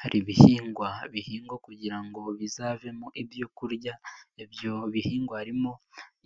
Hari ibihingwa bihingwa kugira ngo bizavemo ibyo kurya, ibyo bihingwa harimo